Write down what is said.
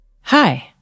Hi